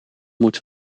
moeten